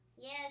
Yes